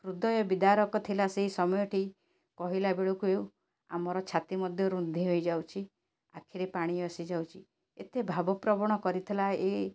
ହୃଦୟ ବିଦାରକ ଥିଲା ସେ ସମୟଟି କହିଲାବେଳକୁ ଆମ ଛାତି ମଧ୍ୟ ରୁନ୍ଧି ହେଇଯାଉଛି ଆଖିରେ ପାଣି ଆସିଯାଉଛି ଏତେ ଭାବପ୍ରବଣ କରିଥିଲା ଏଇ